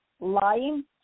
lying